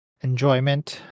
enjoyment